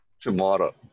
tomorrow